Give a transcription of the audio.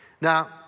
Now